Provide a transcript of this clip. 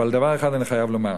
דבר אחד אני חייב לומר: